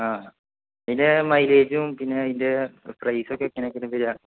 ആ അതിൻ്റെ മൈലേജും പിന്നെ അതിൻ്റെ പ്രൈസൊക്കെ എങ്ങനൊക്കെ വരിക